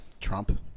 Trump